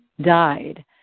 died